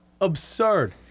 absurd